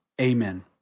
amen